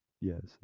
Yes